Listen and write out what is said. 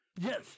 Yes